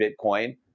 Bitcoin